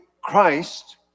Christ